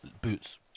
boots